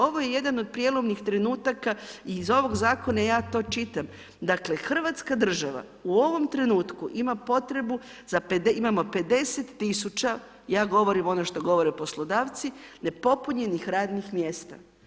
Ovo je jedan od prijelomnih trenutaka i iz ovoga zakona ja to čitam, dakle Hrvatska država u ovom trenutku ima potrebu imamo 50 tisuća, ja govorim ono što govore poslodavci, nepopunjenih radnih mjesta.